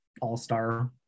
all-star